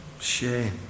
shame